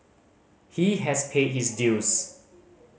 he has paid his dues